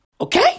Okay